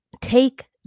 take